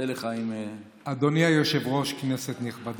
אדוני היושב-ראש, כנסת נכבדה,